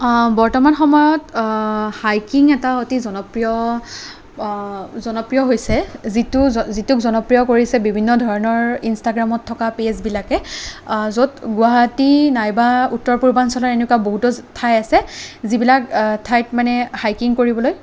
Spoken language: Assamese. বৰ্তমান সময়ত হাইকিং এটা অতি জনপ্ৰিয় জনপ্ৰিয় হৈছে যিটো যিটোক জনপ্ৰিয় কৰিছে বিভিন্ন ধৰণৰ ইনষ্টাগ্ৰামত থকা পেজবিলাকে য'ত গুৱাহাটী নাইবা উত্তৰ পূৰ্বাঞ্চলৰ এনেকুৱা বহুতো ঠাই আছে যিবিলাক ঠাইত মানে হাইকিং কৰিবলৈ